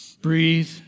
Breathe